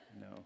No